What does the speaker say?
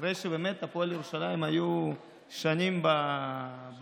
אחרי שבאמת הפועל ירושלים היו שנים בטופ.